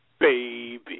Baby